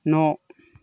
न'